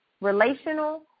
relational